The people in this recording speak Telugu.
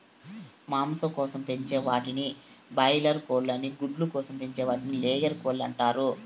మాంసం కోసం పెంచే వాటిని బాయిలార్ కోళ్ళు అని గుడ్ల కోసం పెంచే వాటిని లేయర్ కోళ్ళు అంటారు